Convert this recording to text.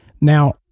Now